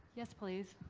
yes, please.